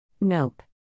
Nope